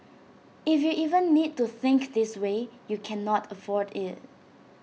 if you even need to think this way you cannot afford IT